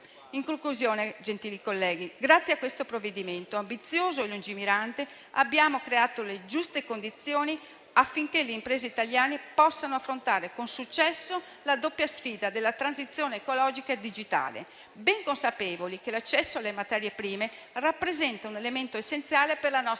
In conclusione, gentili colleghi, grazie a questo provvedimento ambizioso e lungimirante abbiamo creato le giuste condizioni affinché le imprese italiane possano affrontare con successo la doppia sfida della transizione ecologica e digitale, ben consapevoli che l'accesso alle materie prime rappresenta un elemento essenziale per la nostra